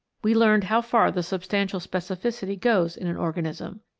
we learned how far the substantial specificity goes in an organism.